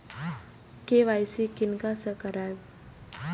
KYC किनका से कराबी?